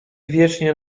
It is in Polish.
wiecznie